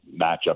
matchup